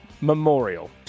memorial